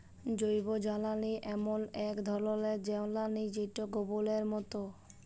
জৈবজ্বালালি এমল এক ধরলের জ্বালালিযেটা গবরের মত